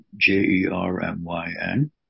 J-E-R-M-Y-N